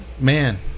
Man